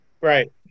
Right